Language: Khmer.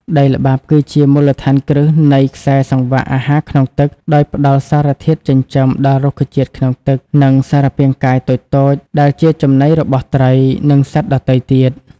ដីល្បាប់គឺជាមូលដ្ឋានគ្រឹះនៃខ្សែសង្វាក់អាហារក្នុងទឹក ដោយផ្តល់សារធាតុចិញ្ចឹមដល់រុក្ខជាតិក្នុងទឹក និងសារពាង្គកាយតូចៗ ដែលជាចំណីរបស់ត្រី និងសត្វដទៃទៀត។